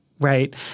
right